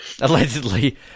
Allegedly